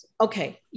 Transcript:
Okay